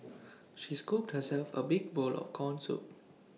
she scooped herself A big bowl of Corn Soup